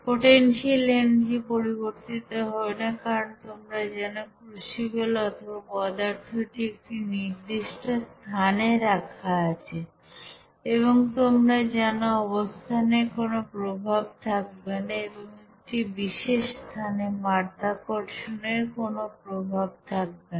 potential energy পরিবর্তিত হবে না কারণ তোমরা জানো ক্রুসিবল অথবা পদার্থটি একটা নির্দিষ্ট স্থানে রাখা আছে এবং তোমরা জানো অবস্থানের কোনো প্রভাব থাকবে না এবং একটি বিশেষ স্থানে মাধ্যাকর্ষণ এর কোনো প্রভাব থাকবে না